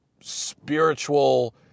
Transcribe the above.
spiritual